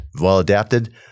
well-adapted